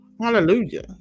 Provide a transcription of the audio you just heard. Hallelujah